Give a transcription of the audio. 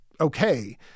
okay